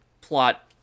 plot